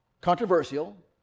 controversial